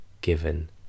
given